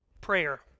prayer